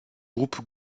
groupe